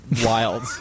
wild